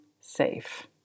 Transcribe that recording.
safe